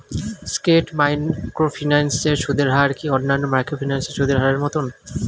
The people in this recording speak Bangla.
স্কেট মাইক্রোফিন্যান্স এর সুদের হার কি অন্যান্য মাইক্রোফিন্যান্স এর সুদের হারের মতন?